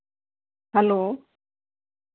hello